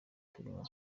turimo